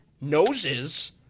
noses